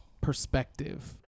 perspective